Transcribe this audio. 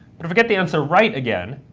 but if i get the answer right again,